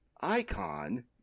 icon